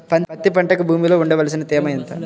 పత్తి పంటకు భూమిలో ఉండవలసిన తేమ ఎంత?